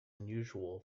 unusual